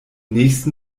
nächsten